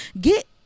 get